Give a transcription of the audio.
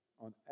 on